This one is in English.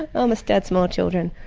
ah um amistad small children.